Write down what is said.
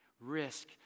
risk